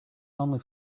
only